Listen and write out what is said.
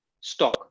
stock